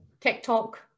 TikTok